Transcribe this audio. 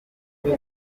bene